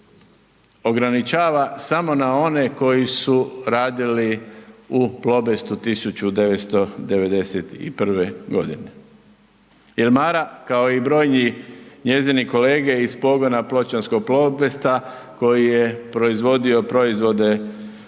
ograničava samo na one koji su radili u Plobestu 1991. godine. Jer Mara kao i brojni njezini kolege iz pogona pločanskog Plobesta koji je proizvodio proizvode